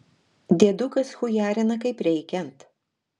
diedukas chujarina kaip reikiant